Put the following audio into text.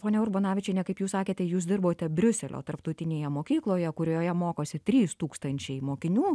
ponia urbonavičiene kaip jūs sakėte jūs dirbote briuselio tarptautinėje mokykloje kurioje mokosi trys tūkstančiai mokinių